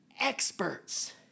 experts